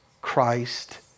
Christ